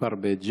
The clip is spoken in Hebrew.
מכפר בית ג'ן,